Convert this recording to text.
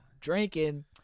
drinking